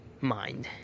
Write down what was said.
mind